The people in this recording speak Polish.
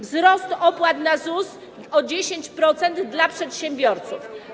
Wzrost opłat na ZUS o 10% dla przedsiębiorców.